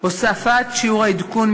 הוספת שיעור העדכון,